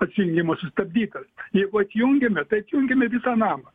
atsijungimas sustabdytas jeigu atjungiame tai atjungiame visą namą